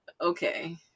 okay